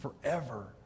forever